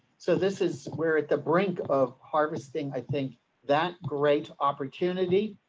so this is where at the brink of harvesting. i think that great opportunity.